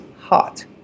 hot